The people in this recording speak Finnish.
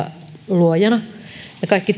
luojana kaikki